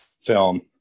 film